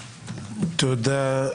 תודה.